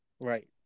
Right